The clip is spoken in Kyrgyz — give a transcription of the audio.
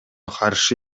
каршы